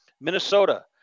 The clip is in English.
Minnesota